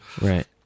Right